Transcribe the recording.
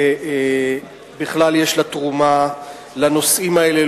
בכלל יש לה תרומה לנושאים האלה,